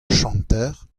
chanter